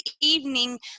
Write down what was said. evening